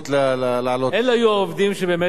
אלה היו העובדים שבאמת היה צריך לדאוג להם.